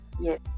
Yes